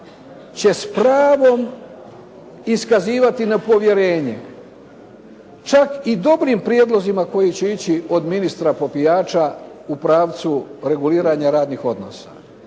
će s pravom iskazivati nepovjerenje čak i dobrim prijedlozima koji će ići od ministra Popijača u pravcu reguliranja radnih odnosa.